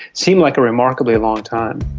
seemed like a remarkably long time.